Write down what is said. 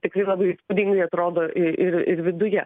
tikrai labai įspūdingai atrodo ir ir viduje